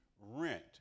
rent